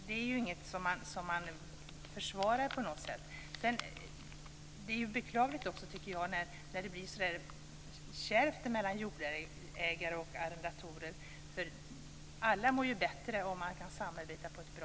Det är inte något jag försvarar. Det är också beklagligt när det blir kärvt mellan jordägare och arrendatorer. Alla mår ju bättre om man kan samarbeta.